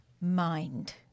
mind